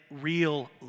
real